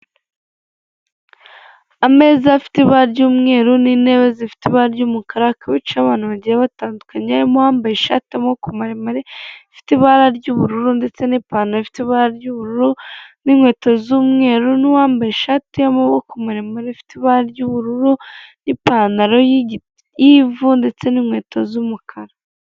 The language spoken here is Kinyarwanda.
Ameza afite ibara ry'umweru n'intebe zifite ibara ry'umukara, hakaba hicayemo abantu bagiye batandukanye, harimo uwambaye ishati y’amaboko maremare ifite ibara ry'ubururu ndetse n'ipantaro ifite ibara ry'ubururu n'inkweto z'umweru, n'uwambaye ishati y'amaboko maremare ifite ibara ry'ubururu n'ipantaro y'ivu ndetse n'inkweto z'umukara.